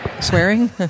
Swearing